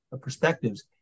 perspectives